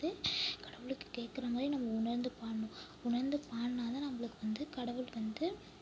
கடவுளுக்கு கேக்கிற மாதிரி நம்ம உணர்ந்து பாடணும் உணர்ந்து பாடினா தான் நம்மளுக்கு வந்து கடவுள் வந்து